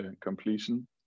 completion